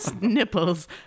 nipples